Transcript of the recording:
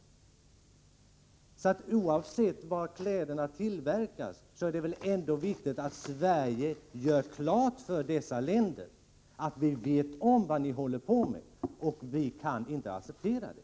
Oavsett var kläderna tillverkas är det viktigt att vi i Sverige gör klart för dessa länder att vi vet vad de håller på med och att vi inte kan acceptera det.